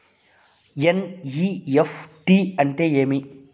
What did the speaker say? NEFT అంటే ఏమి